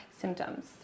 symptoms